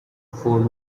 four